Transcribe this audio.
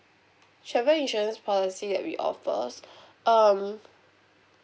travel insurance policy that we offers um